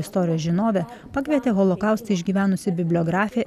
istorijos žinovė pakvietė holokaustą išgyvenusi bibliografė